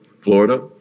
Florida